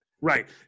right